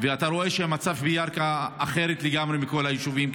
ואתה רואה שהמצב בירכא אחר לגמרי מכל היישובים,